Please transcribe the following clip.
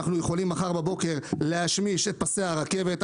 אנחנו יכולים מחר בבוקר להשמיש את פסי הרכבת.